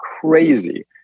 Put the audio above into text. crazy